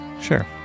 Sure